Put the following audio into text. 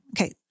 Okay